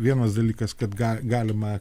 vienas dalykas kad ga galima